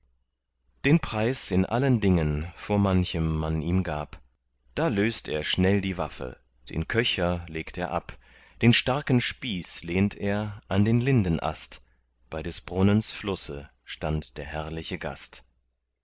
den preis in allen dingen vor manchem man ihm gab da löst er schnell die waffe den köcher legt er ab den starken spieß lehnt er an den lindenast bei des brunnens flusse stand der herrliche gast